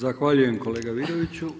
Zahvaljujem kolega Vidoviću.